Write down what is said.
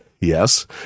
yes